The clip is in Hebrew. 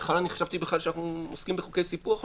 אני חשבתי בכלל שאנחנו עוסקים בחוקי סיפוח אוטוטו.